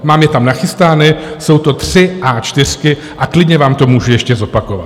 Mám je tam nachystány, jsou to tři A čtyřky a klidně vám to můžu ještě zopakovat.